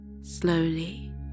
Slowly